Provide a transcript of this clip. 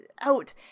out